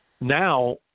Now